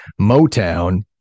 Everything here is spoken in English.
Motown